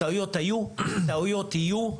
היו ויהיו.